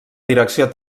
direcció